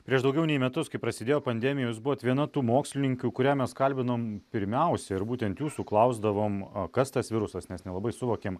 prieš daugiau nei metus kai prasidėjo pandemija jūs buvot viena tų mokslininkių kurią mes kalbinom pirmiausia ir būtent jūsų klausdavom kas tas virusas nes nelabai suvokėm